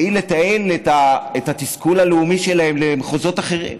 והיא לתעל את התסכול הלאומי שלהם למחוזות אחרים,